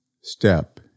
step